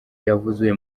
yavuze